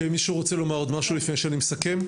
מישהו רוצה להוסיף לפני שאסכם?